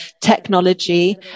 technology